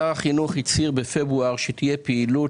שר החינוך הצהיר בפברואר שתהיה פעילות